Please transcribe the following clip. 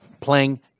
playing